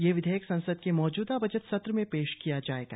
यह विधेयक संसद के मौजूदा बजट सत्र में पेश किया जाएगा